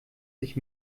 sich